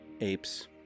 apes